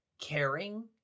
caring